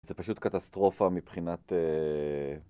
זה פשוט קטסטרופה מבחינת...